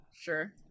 Sure